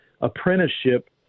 apprenticeship